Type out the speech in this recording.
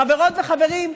חברות וחברים,